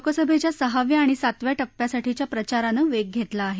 लोकसभेच्या सहाव्या आणि सातव्या टप्प्यासाठीच्या प्रचारानं वेग घेतला आहे